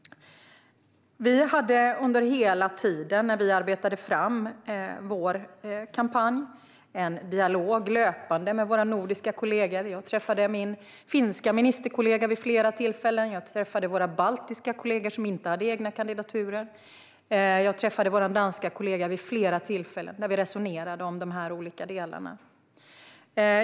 Under hela tiden vi arbetade fram vår kampanj hade vi en löpande dialog med våra nordiska kollegor. Jag träffade min finska ministerkollega vid flera tillfällen, jag träffade våra baltiska kollegor som inte hade egna kandidaturer och jag träffade vår danska kollega vid flera tillfällen och resonerade om de här olika delarna.